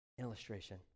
Illustration